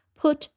put